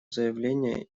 заявление